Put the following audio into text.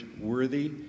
worthy